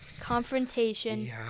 confrontation